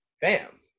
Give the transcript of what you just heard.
Bam